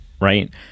Right